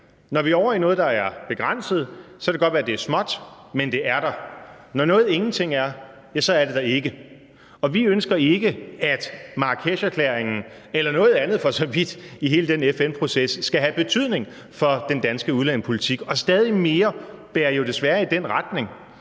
Når vi er ovre i noget, der er begrænset, så kan det godt være, at det er småt, men det er der. Når noget ingenting er, så er det der ikke, og vi ønsker ikke, at Marrakesherklæringen eller noget andet for så vidt i hele den FN-proces skal have betydning for den danske udlændingepolitik, og stadig mere bærer jo desværre i den retning.